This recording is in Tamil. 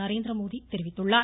நரேந்திரமோடி தெரிவித்துள்ளார்